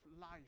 life